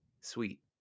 sweet